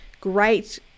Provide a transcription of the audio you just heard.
Great